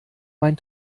mein